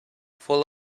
full